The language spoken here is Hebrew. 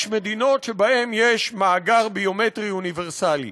יש מדינות שבהן יש מאגר ביומטרי אוניברסלי,